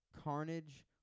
Carnage